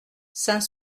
saint